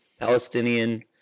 Palestinian